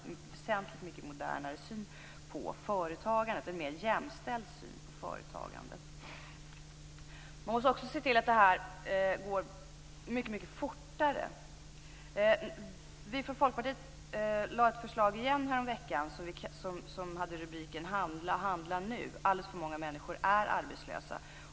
Det måste bli en väsentligt mycket modernare syn på företagandet. Det måste bli en mer jämställd syn på företagandet. Man måste också se till att det går mycket fortare. Vi från Folkpartiet lade häromveckan återigen fram ett förslag. Det hade rubriken Handla - handla nu. Alldeles för många människor är arbetslösa.